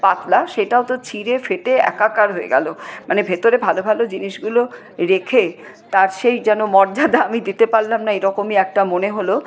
পাতলা সেটাও তো ছিঁড়ে ফেটে একাকার হয়ে গেলো মানে ভেতরে ভালো ভালো জিনিসগুলো রেখে তার সেই যেন মর্যাদা আমি দিতে পারলাম না এইরকমই একটা মনে হল